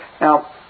Now